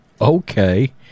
Okay